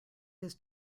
his